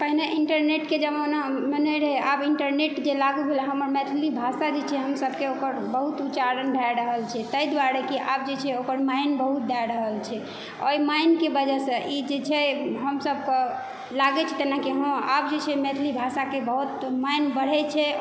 पहिने इंटरनेटके जमानामे नहि रहै आब इंटरनेट जे लागू भेलै हमर मैथिली भाषा जे छै हमसब के ओकर बहुत उच्चारण भए रहल छै ताहि दुआरे कि आब जे छै ओकर मानि बहुत दए रहल छै ओहि मानिके वजहसऽ ई जे छै हम सब के लागैत अछि जेना कि आब जे हॅं मैथिली भाषा के मानि बहुत बढ़ै छै आओर